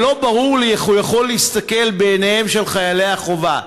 שלא ברור לי איך הוא יכול להסתכל בעיניהם של חיילי החובה,